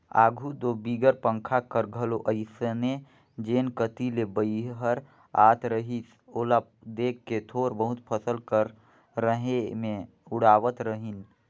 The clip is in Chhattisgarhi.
आघु दो बिगर पंखा कर घलो अइसने जेन कती ले बईहर आत रहिस ओला देख के थोर बहुत फसिल कर रहें मे उड़वात रहिन